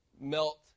melt